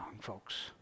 folks